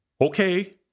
Okay